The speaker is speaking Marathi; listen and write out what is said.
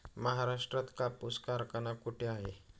महाराष्ट्रात कापूस कारखाना कुठे आहे?